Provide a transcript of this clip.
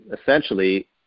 essentially